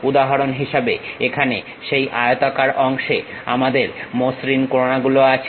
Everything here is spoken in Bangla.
উদাহরণ হিসেবে এখানে সেই আয়তাকার অংশে আমাদের মসৃণ কোণাগুলো আছে